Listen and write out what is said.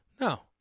No